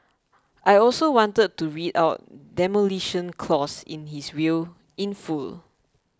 I also wanted to read out Demolition Clause in his will in full